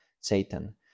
Satan